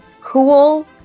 Cool